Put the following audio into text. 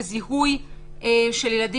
גם ההגנות על זכויות אדם אינן כתובות בהצעת החוק.